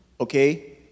okay